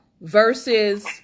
versus